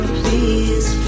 please